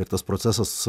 ir tas procesas